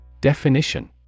Definition